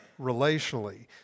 relationally